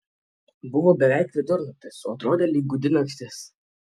buvo beveik vidurnaktis o atrodė lyg gūdi naktis